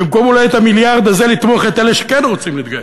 במקום אולי במיליארד הזה לתמוך באלה שכן רוצים להתגייס.